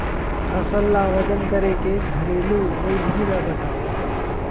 फसल ला वजन करे के घरेलू विधि ला बतावव?